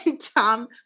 tom